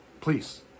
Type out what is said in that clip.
Please